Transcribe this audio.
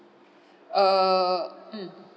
err mm